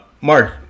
Mark